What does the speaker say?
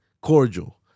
cordial